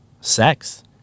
sex